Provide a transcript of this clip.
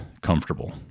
comfortable